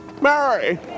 Mary